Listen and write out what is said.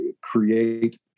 create